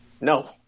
no